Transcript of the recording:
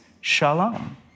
shalom